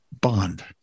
Bond